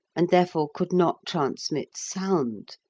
and therefore could not transmit sound,